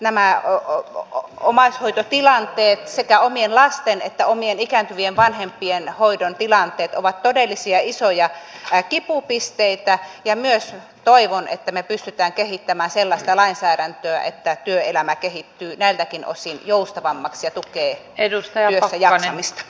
nämä omaishoitotilanteet sekä omien lasten että omien ikääntyvien vanhempien hoidon tilanteet ovat todellisia isoja kipupisteitä ja myös toivon että me pystymme kehittämään sellaista lainsäädäntöä että työelämä kehittyy näiltäkin osin joustavammaksi ja tukee työssäjaksamista